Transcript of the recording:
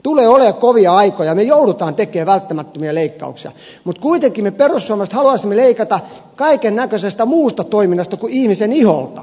tulee olemaan kovia aikoja me joudumme tekemään välttämättömiä leikkauksia mutta kuitenkin me perussuomalaiset haluaisimme leikata kaikennäköisestä muusta toiminnasta kuin ihmisen iholta